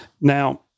Now